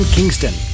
Kingston